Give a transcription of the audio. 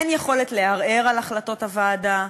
אין יכולת לערער על החלטות הוועדה.